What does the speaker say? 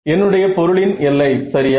என்னுடைய பொருளின் எல்லை சரியா